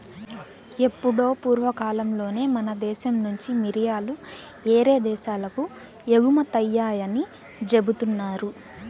ఎప్పుడో పూర్వకాలంలోనే మన దేశం నుంచి మిరియాలు యేరే దేశాలకు ఎగుమతయ్యాయని జెబుతున్నారు